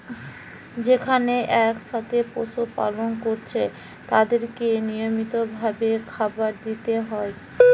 যেখানে একসাথে পশু পালন কোরছে তাদেরকে নিয়মিত ভাবে খাবার দিতে হয়